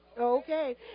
okay